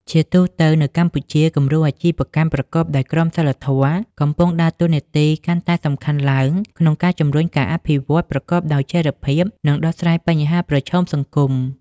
ជាទូទៅនៅកម្ពុជា គំរូអាជីវកម្មប្រកបដោយក្រមសីលធម៌កំពុងដើរតួនាទីកាន់តែសំខាន់ឡើងក្នុងការជំរុញការអភិវឌ្ឍប្រកបដោយចីរភាព និងដោះស្រាយបញ្ហាប្រឈមសង្គម ។